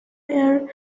air